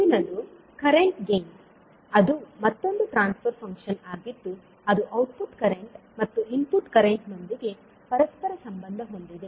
ಮುಂದಿನದು current gain ಅದು ಮತ್ತೊಂದು ಟ್ರಾನ್ಸ್ ಫರ್ ಫಂಕ್ಷನ್ ಆಗಿದ್ದು ಅದು ಔಟ್ಪುಟ್ ಕರೆಂಟ್ ಮತ್ತು ಇನ್ಪುಟ್ ಕರೆಂಟ್ ನೊಂದಿಗೆ ಪರಸ್ಪರ ಸಂಬಂಧ ಹೊಂದಿದೆ